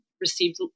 received